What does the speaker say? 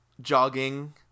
jogging